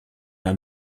dans